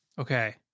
Okay